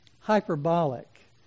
hyperbolic